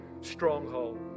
stronghold